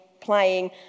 Playing